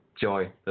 Joy